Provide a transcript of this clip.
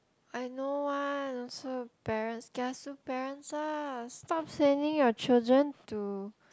I know one also parents kiasu parents ah stop sending your children to